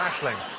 um aisling.